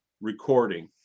recording